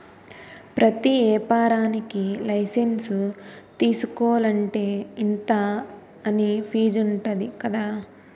ప్రతి ఏపారానికీ లైసెన్సు తీసుకోలంటే, ఇంతా అని ఫీజుంటది కదా